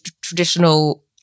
traditional